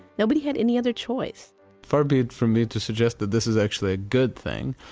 nobody had any other choice far be it for me to suggest that this is actually a good thing,